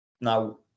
Now